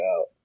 out